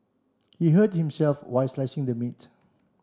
he hurt himself while slicing the meat